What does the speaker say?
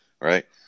Right